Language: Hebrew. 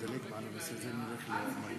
הנושא לוועדת הכספים נתקבלה.